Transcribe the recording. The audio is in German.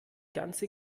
ganze